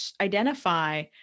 identify